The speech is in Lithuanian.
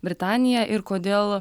britanija ir kodėl